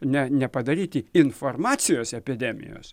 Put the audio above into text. ne nepadaryti informacijos epidemijos